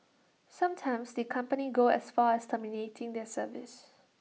sometimes the company go as far as terminating their service